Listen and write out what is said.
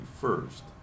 first